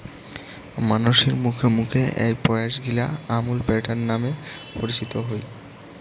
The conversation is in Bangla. মানসির মুখে মুখে এ্যাই প্রয়াসগিলা আমুল প্যাটার্ন নামে পরিচিত হই